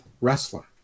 wrestler